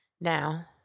Now